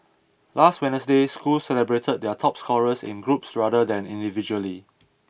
last Wednesday schools celebrated their top scorers in groups rather than individually